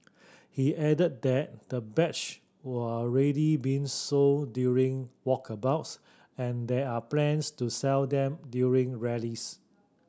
he added that the badge are already being sold during walkabouts and there are plans to sell them during rallies